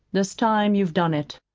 this time you've done it,